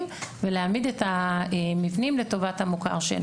ולהעמיד את המבנים לטובת המוכר שאינו רשמי.